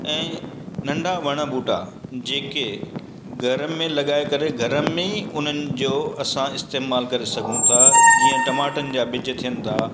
ऐं नंढा वण बूटा जेके घर में लॻाए करे घर में ई उन्हनि जो असां इस्तेमालु करे सघूं था जीअं टमाटनि जा ॿिज थियनि था